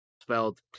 spelled